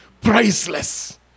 Priceless